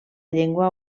llengua